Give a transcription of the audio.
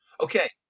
Okay